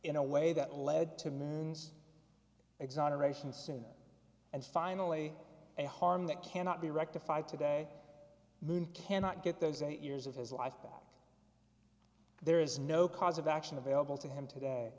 in a way that led to moon's exoneration soon and finally a harm that cannot be rectified today moon cannot get those eight years of his life back there is no cause of action available to him today